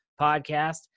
podcast